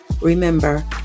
remember